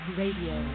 radio